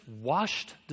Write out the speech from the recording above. washed